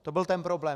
To byl ten problém.